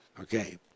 Okay